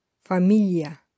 Familia